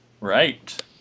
Right